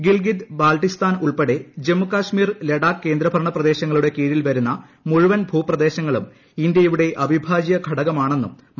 ഗിൽഗിത് ബാൽട്ടിസ്ഥാൻ ഉൾപ്പെടെ ജമ്മു കശ്മീരിർ ലഡാക്ക് കേന്ദ്രഭരണ പ്രദേശങ്ങളുടെ കീഴിൽ വരുന്ന മുഴുവൻ ഭൂപ്രദേശങ്ങളും ഇന്ത്യയുടെ അവിഭാജ്യ ഘടകമാണെന്നും വ്യക്തമാക്കി